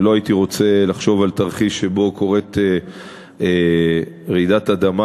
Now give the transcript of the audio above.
לא הייתי רוצה לחשוב על תרחיש שבו קורית רעידת אדמה